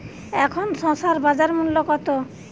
এখন শসার বাজার মূল্য কত?